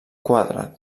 quadre